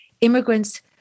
immigrants